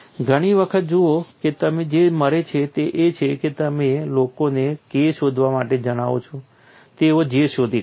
ઘણી વખત જુઓ કે તમને જે મળે છે તે એ છે કે તમે લોકોને K શોધવા માટે જણાવો છો તેઓ J શોધી કાઢે છે